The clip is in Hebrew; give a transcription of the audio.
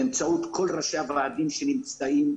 באמצעות כל ראשי הוועדים שנמצאים.